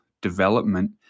development